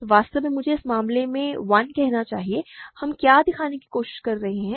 तो वास्तव में मुझे इस मामले को 1 कहना चाहिए हम क्या दिखाने की कोशिश कर रहे हैं